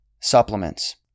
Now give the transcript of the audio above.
supplements